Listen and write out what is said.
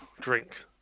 drink